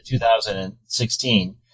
2016